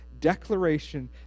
declaration